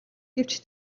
гэвч